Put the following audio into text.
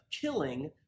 killing